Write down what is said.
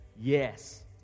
yes